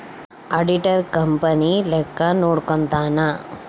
auditor company ಲೆಕ್ಕ ನೋಡ್ಕಂತಾನ್